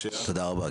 תודה רבה,